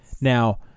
Now